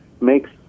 makes